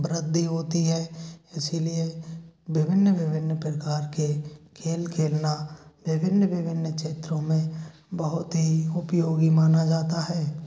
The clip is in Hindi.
वृद्धि होती है इसलिए विभिन्न विभिन्न प्रकार के खेल खेलना विभिन्न विभिन्न क्षेत्रों में बहुत ही उपयोगी माना जाता है